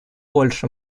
больше